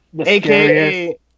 AKA